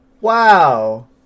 Wow